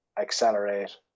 accelerate